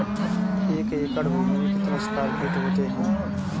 एक एकड़ भूमि में कितने स्क्वायर फिट होते हैं?